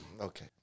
Okay